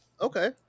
Okay